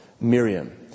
Miriam